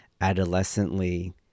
adolescently